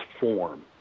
form